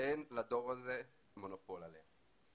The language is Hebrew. לדור הזה מונופול על זה.